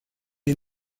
est